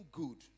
good